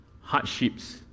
hardships